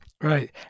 Right